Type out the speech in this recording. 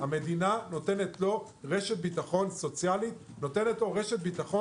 המדינה נותנת לו רשת ביטחון סוציאלית ותעסוקתית.